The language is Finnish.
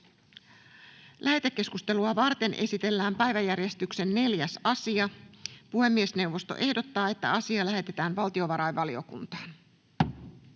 Lähetekeskustelua varten esitellään päiväjärjestyksen 4. asia. Puhemiesneuvosto ehdottaa, että asia lähetetään valtiovarainvaliokuntaan.